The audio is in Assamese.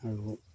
আৰু